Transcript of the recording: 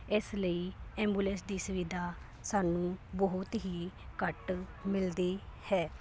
ਇਸ ਲਈ ਐਬੂਲੈਂਸ ਦੀ ਸੁਵਿਧਾ ਸਾਨੂੰ ਬਹੁਤ ਹੀ ਘੱਟ ਮਿਲਦੀ ਹੈ